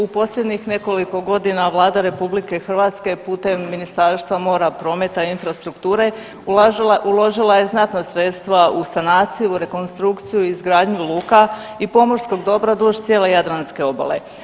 U posljednjih nekoliko godina Vlada RH je putem Ministarstva mora, prometa i infrastrukture uložila je znatna sredstva u sanaciju, rekonstrukciju, izgradnju luka i pomorskog dobra duž cijele jadranske obale.